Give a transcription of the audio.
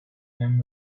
them